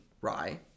rye